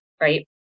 Right